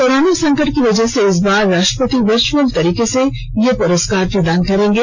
corona संकट की वजह से इस बार राष्ट्रपति वर्चुअल तरीके से ये पुरस्कार प्रदान करेंगे